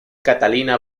catalina